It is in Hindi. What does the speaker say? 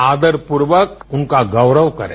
आदरपूर्वक उनका गौरव करें